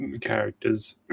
characters